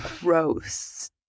gross